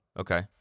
Okay